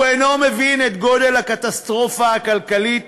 הוא אינו מבין את גודל הקטסטרופה הכלכלית